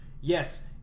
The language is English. yes